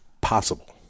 possible